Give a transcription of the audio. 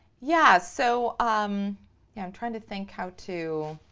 yeah. so i'm and trying to think how to